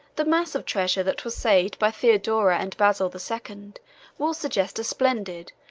the mass of treasure that was saved by theodora and basil the second will suggest a splendid,